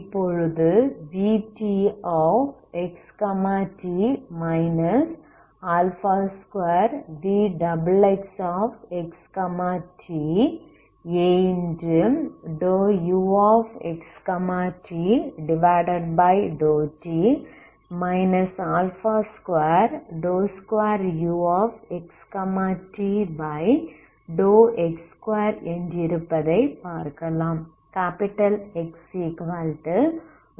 இப்போது vtxt 2vxxxt a∂uXT∂T 22uXTX2 என்றிருப்பதை பார்க்கலாம்